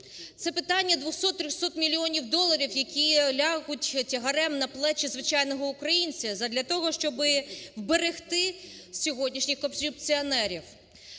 Це питання 200-300 мільйонів доларів, які ляжуть тягарем на плечі звичайного українця задля того, щоб вберегти сьогоднішніх корупціонерів.